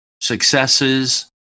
successes